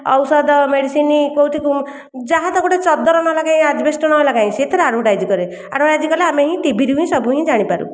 ଔଷଧ ମେଡ଼ିସିନ କେଉଁଠି ଯାହା ତ ଗୋଟିଏ ଚଦର ନଲଗାଇ ଆଜବେଷ୍ଟ ନଲଗାଇ ସେଥିରେ ଆଡ଼ଭଟାଇଜ୍ କରେ ଆଡ଼ଭଟାଇଜ୍ କଲେ ଆମେ ହିଁ ଟିଭିରୁ ହିଁ ସବୁ ହିଁ ଜାଣିପାରୁ